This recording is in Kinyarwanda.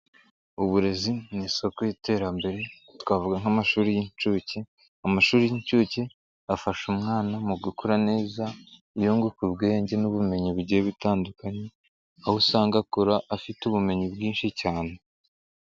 Uburezi mu isoko y'iterambere twavuga nk'amashuri y'inshuke. Amashuri y'inshuke afasha umwana mu gukora neza, yunguka ubwenge n'ubumenyi bigiye bitandukanye, aho usanga akura afite ubumenyi bwinshi cyane.